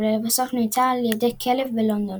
ולבסוף נמצא על ידי כלב בלונדון.